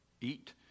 eat